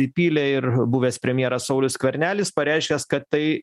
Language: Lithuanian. įpylė ir buvęs premjeras saulius skvernelis pareiškęs kad tai